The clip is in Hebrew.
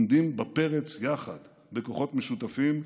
עומדים בפרץ יחד בכוחות משותפים,